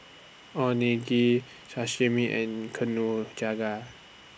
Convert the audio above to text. Sashimi and